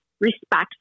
respect